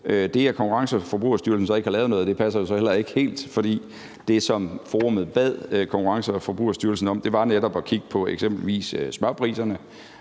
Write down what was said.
Det, at Konkurrence- og Forbrugerstyrelsen så ikke har lavet noget, passer jo så heller ikke helt, for det, som forummet bad Konkurrence- og Forbrugerstyrelsen om, var netop at kigge på eksempelvis smørpriserne,